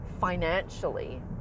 financially